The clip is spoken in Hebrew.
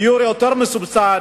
דיור מסובסד,